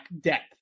depth